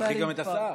ברכי גם את השר.